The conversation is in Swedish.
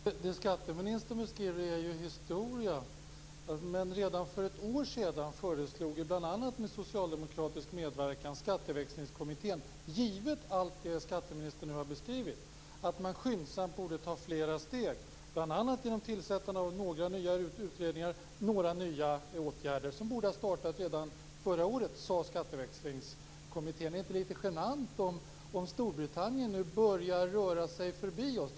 Fru talman! Det som skatteministern beskriver är ju historia. Redan för ett år sedan föreslog Skatteväxlingskommittén bl.a. med socialdemokratisk medverkan - givet allt det som skatteministern nu har beskrivit - att man skyndsamt borde ta flera steg bl.a. genom att tillsätta några nya utredningar och vidta några nya åtgärder, vilket man enligt Skatteväxlingskommittén borde ha gjort redan förra året. Är det inte litet genant om Storbritannien nu börjar komma förbi oss?